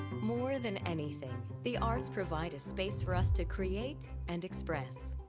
more than anything, the arts provide a space for us to create and express.